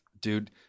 Dude